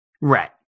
right